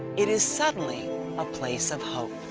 it is suddenly a place of hope.